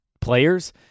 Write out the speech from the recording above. players